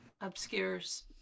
obscures